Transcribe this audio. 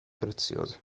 preziose